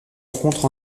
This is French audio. rencontre